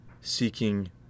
seeking